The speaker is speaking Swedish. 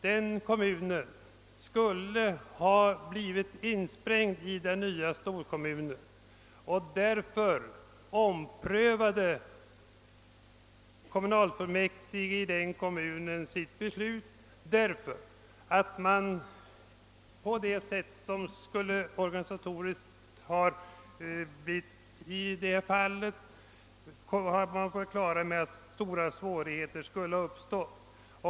Denna kommun skulle emellertid ha blivit insprängd i den nya storkommunen, och dess kommunalfullmäktige omprövade sitt beslut. De blev nämligen på det klara med att stora organisatoriska svårigheter annars skulle ha uppstått.